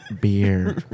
Beer